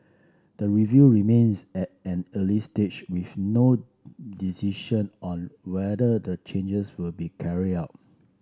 the review remains at an early stage with no decision on whether the changes will be carried out